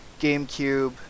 GameCube